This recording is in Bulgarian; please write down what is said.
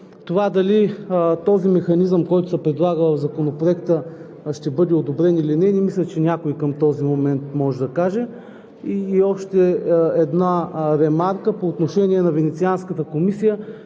Това дали този механизъм, който се предлага в Законопроекта ще бъде одобрен или не, не мисля, че някой към този момент може да каже. И още една ремарка по отношение на Венецианската комисия.